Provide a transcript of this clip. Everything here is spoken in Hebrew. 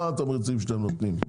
מה התמריצים שאתם נותנים?